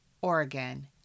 Oregon